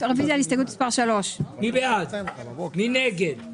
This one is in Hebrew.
מי נגד?